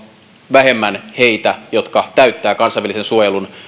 vähemmän niitä jotka täyttävät kansainvälisen suojelun